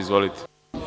Izvolite.